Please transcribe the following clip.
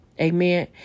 Amen